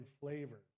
flavor